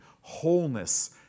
wholeness